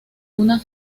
una